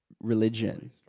religion